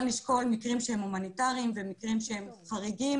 לשקול מקרים שהם הומניטריים ומקרים שהם חריגים